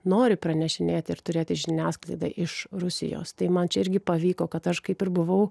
nori pranešinėti ir turėti žiniasklaidą iš rusijos tai man čia irgi pavyko kad aš kaip ir buvau